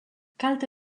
kalte